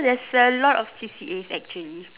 there's a lot of C_C_As actually